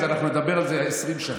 אז אנחנו נדבר על זה 20 שנה.